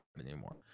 anymore